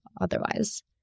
otherwise